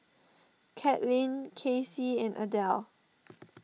Caitlin Kacy and Adele